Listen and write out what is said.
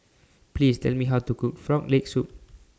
Please Tell Me How to Cook Frog Leg Soup